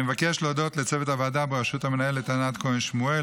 אני מבקש להודות לצוות הוועדה בראשות המנהלת ענת כהן שמואל,